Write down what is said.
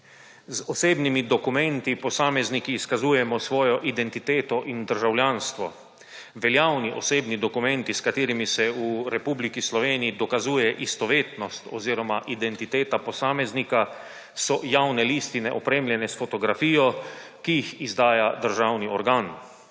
Z osebnimi dokumenti posamezniki izkazujemo svojo identiteto in državljanstvo. Veljavni osebni dokumenti s katerimi se v Republiki Sloveniji dokazuje istovetnost oziroma identiteta posameznika so javne listine opremljene s fotografijo, ki jih izdaja državni organ.